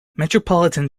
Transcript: metropolitan